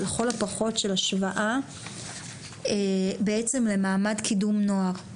לכל הפחות של השוואה בעצם למעמד קידום נוער.